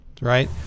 right